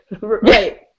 Right